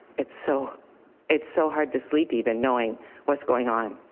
it's so it's so hard to sleep even knowing what's going on.